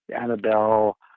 Annabelle